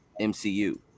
MCU